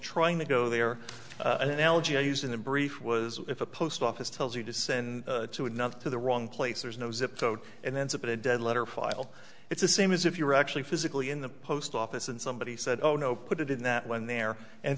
trying to go there an analogy i used in the brief was if a post office tells you to send two enough to the wrong place there's no zip code and then zip it a dead letter file it's the same as if you were actually physically in the post office and somebody said oh no put it in that one there